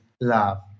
love